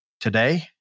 today